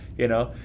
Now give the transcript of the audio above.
you know,